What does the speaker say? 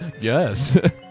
Yes